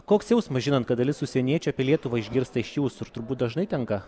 koks jausmas žinant kad dalis užsieniečių apie lietuvą išgirsta iš jūsų ir turbūt dažnai tenka